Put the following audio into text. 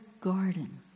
garden